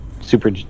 Super